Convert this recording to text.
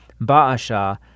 Baasha